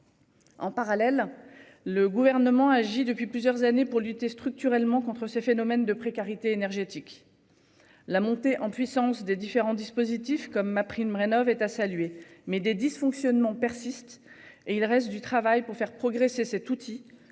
En parallèle, le gouvernement agit depuis plusieurs années pour lutter structurellement contre ces phénomènes de précarité énergétique. La montée en puissance des différents dispositifs comme ma prime Rénov'est à saluer, mais des dysfonctionnements persistent et il reste du travail pour faire progresser cet outil